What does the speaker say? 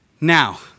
Now